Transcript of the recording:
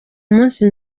munsi